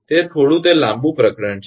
તે થોડું તે લાંબુ પ્રકરણ છે